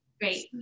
Great